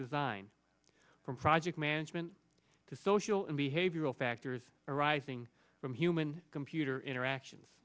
design from project management to social and behavioral factors arising from human computer interaction